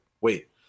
wait